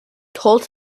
told